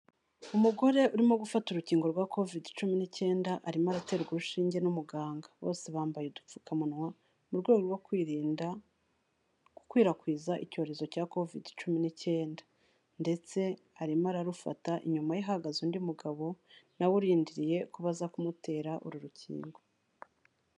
Umugore urimo gufata urukingo rwa Covid-19, arimo araterwa urushinge n'umuganga. Bose bambaye udupfukamunwa, mu rwego rwo kwirinda gukwirakwiza icyorezo cya Covid-19 ndetse arimo ararufata, inyuma ye hahagaze undi mugabo nawe uririndiriye kobaza kumutera uru rukingo.